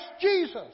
Jesus